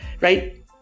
right